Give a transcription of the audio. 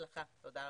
בהצלחה ותודה רבה.